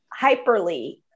hyperly